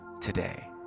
today